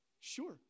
sure